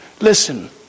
listen